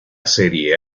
serie